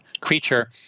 creature